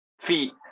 feet